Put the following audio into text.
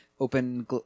open